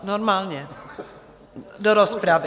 Normálně do rozpravy.